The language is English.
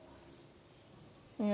ya